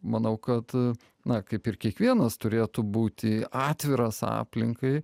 manau kad na kaip ir kiekvienas turėtų būti atviras aplinkai